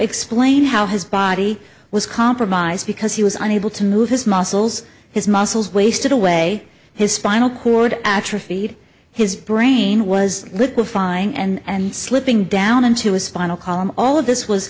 explained how his body was compromised because he was unable to move his muscles his muscles wasted away his spinal cord atrophied his brain was liquefying and slipping down into his spinal column all of this was